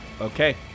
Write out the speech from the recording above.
Okay